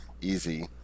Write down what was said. Easy